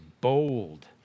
bold